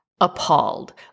appalled